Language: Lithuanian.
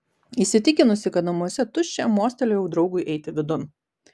įsitikinusi kad namuose tuščia mostelėjau draugui eiti vidun